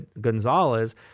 Gonzalez